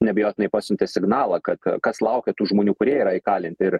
neabejotinai pasiuntė signalą kad kas laukia tų žmonių kurie yra įkalinti ir